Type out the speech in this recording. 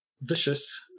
vicious